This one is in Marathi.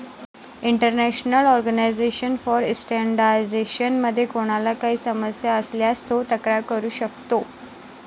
इंटरनॅशनल ऑर्गनायझेशन फॉर स्टँडर्डायझेशन मध्ये कोणाला काही समस्या असल्यास तो तक्रार करू शकतो